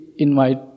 invite